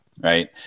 right